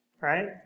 right